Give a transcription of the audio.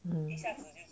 mm